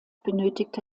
benötigte